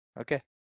Okay